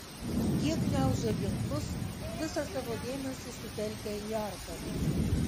jie gniaužė ginklus visą savo dėmesį sutelkę į arkas